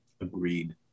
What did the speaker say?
Agreed